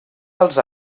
dels